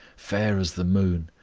fair as the moon,